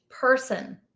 person